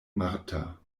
marta